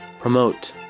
Promote